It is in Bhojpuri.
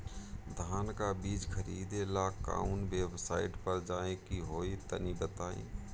धान का बीज खरीदे ला काउन वेबसाइट पर जाए के होई तनि बताई?